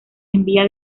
envía